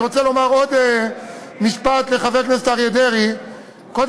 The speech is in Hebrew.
אני רוצה לומר עוד משפט לחבר הכנסת אריה דרעי אריה,